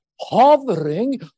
hovering